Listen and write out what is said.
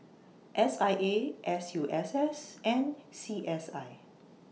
S I A S U S S and C S I